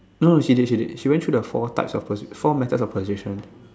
no she did she did she went through the four type of four methods of position